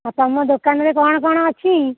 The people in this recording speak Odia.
ଆଉ ତମ ଦୋକାନରେ କ'ଣ କ'ଣ ଅଛି